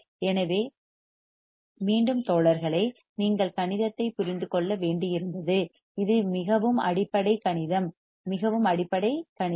எனவே மீண்டும் தோழர்களே நீங்கள் கணிதத்தைப் புரிந்து கொள்ள வேண்டியிருந்தது இது மிகவும் அடிப்படை கணிதம் மிகவும் அடிப்படை கணிதம்